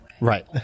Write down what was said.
right